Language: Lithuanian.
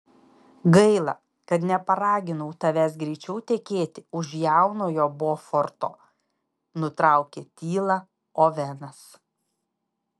gaila kad neparaginau tavęs greičiau tekėti už jaunojo boforto nutraukė tylą ovenas